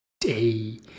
day